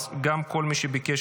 אז כל מי שביקש